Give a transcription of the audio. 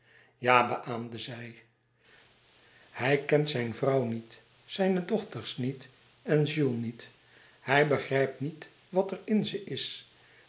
hij kent zijn vrouw niet zijn dochters niet en jules niet hij begrijpt niet wat er in ze is